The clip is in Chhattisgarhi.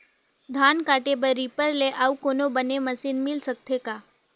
धान काटे बर रीपर ले अउ कोनो बने मशीन मिल सकथे का?